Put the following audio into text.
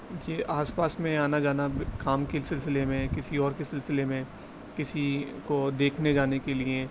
یہ آس پاس میں آنا جانا کام کے سلسلے میں کسی اور کے سلسلے میں کسی کو دیکھنے جانے کے لیے